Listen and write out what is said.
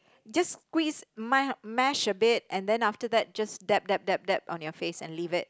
just squeeze me~ mesh a bit and then after that just tap tap tap tap on your face and leave it